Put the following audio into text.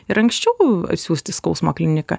ir anksčiau atsiųsti skausmo kliniką